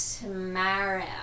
tomorrow